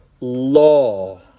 law